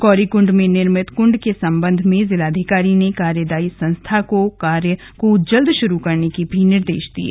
गौरीकुण्ड में निर्मित कुंड के संबंध में जिलाधिकारी में कार्यदायी संस्था को जल्द कार्य भाुरू करने के निर्देश दिये